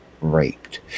raped